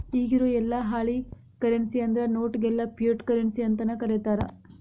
ಇಗಿರೊ ಯೆಲ್ಲಾ ಹಾಳಿ ಕರೆನ್ಸಿ ಅಂದ್ರ ನೋಟ್ ಗೆಲ್ಲಾ ಫಿಯಟ್ ಕರೆನ್ಸಿ ಅಂತನ ಕರೇತಾರ